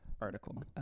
article